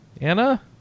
Anna